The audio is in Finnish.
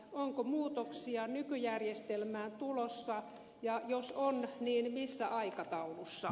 onko muutoksia nykyjärjestelmään tulossa ja jos on niin missä aikataulussa